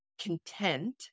content